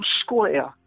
square